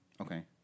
Okay